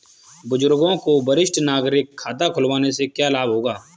बुजुर्गों को वरिष्ठ नागरिक खाता खुलवाने से क्या लाभ होगा?